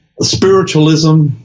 spiritualism